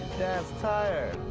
tired.